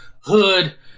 hood